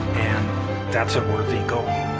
and that's a worthy goal.